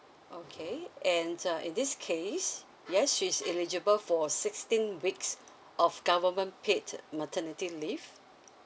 okay and uh in this case yes she's eligible for sixteen weeks of government paid maternity leave